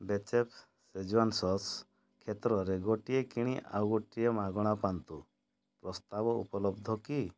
Bechef schezwan sauce କ୍ଷେତ୍ରରେ ଗୋଟିଏ କିଣି ଆଉ ଗୋଟିଏ ମାଗଣା ପାଆନ୍ତୁ ପ୍ରସ୍ତାବ ଉପଲବ୍ଧ କି